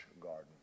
garden